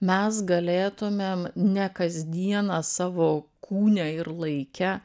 mes galėtumėm ne kasdieną savo kūne ir laike